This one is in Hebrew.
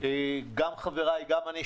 גם חבריי וגם אני,